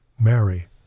Mary